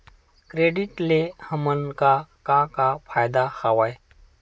Credit ले हमन का का फ़ायदा हवय?